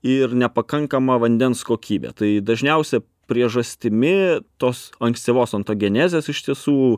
ir nepakankama vandens kokybę tai dažniausia priežastimi tos ankstyvos ontogenezės iš tiesų